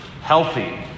healthy